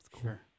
Sure